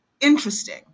interesting